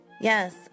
yes